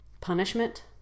punishment